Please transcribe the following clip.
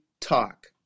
talk